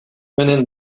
менен